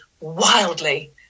wildly